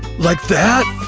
like that?